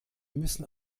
müssen